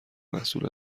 محصول